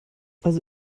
also